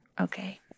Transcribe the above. Okay